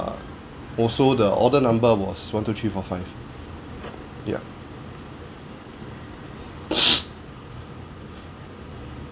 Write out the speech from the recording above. also the order number was one two three four five yup